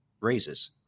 raises